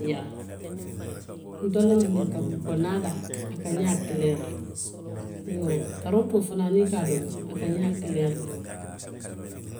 N yaa, ntelu la mandinkaduu i ko naadaa, a ka ñaa kileeri le, iyoo karootoo fanaŋ niŋ i ka a domo, a ka ñaa kileeri le.